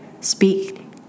speak